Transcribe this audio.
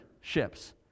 ships